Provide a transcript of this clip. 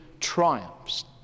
triumphs